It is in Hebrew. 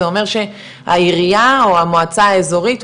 זה אומר שהעירייה או המועצה האזורית,